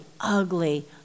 ugly